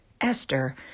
Esther